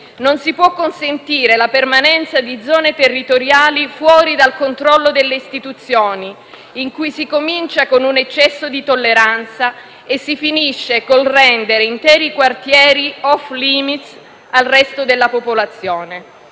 Non si può consentire la permanenza di zone territoriali fuori dal controllo delle istituzioni, in cui si comincia con un eccesso di tolleranza e si finisce con il rendere interi quartieri *off limits* al resto della popolazione,